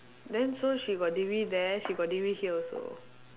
then so she got degree there she got degree here also